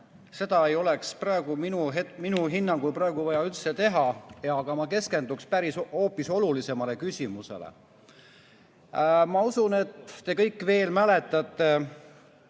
seda ei oleks praegu minu hinnangul vaja üldse teha. Ma keskenduksin hoopis olulisemale küsimusele. Ma usun, et te kõik veel mäletate